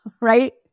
right